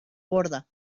borda